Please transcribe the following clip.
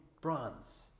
bronze